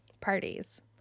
Parties